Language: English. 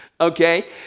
Okay